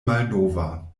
malnova